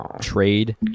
trade